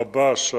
הרב"ש,